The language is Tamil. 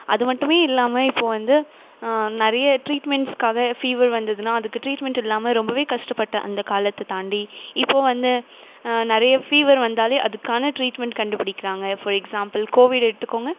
அதுமட்டுமே இல்லாமல் இப்போ வந்து நிறைய ட்ரீட்மெண்ட்ஸ்க்காக ஃபீவர் வந்துதுன்னா அதுக்கு ட்ரீட்மெண்ட் இல்லாமல் ரொம்பவே கஷ்டப்பட்டு அந்த காலத்தை தாண்டி இப்போ வந்து நிறைய ஃபீவர் வந்தாலே அதுக்கான ட்ரீட்மெண்ட் கண்டுப்பிடிக்கிறாங்க ஃபார் எக்ஸாம்பிள் கோவிட் எடுத்துக்கோங்க